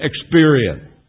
experience